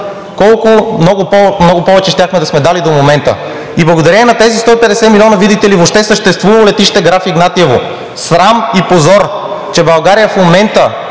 колко много повече щяхме да сме дали до момента, и благодарение на тези 150 милиона, видите ли, въобще съществува летище Граф Игнатиево. Срам и позор, че България в момента,